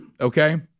okay